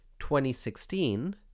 2016